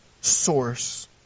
source